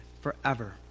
forever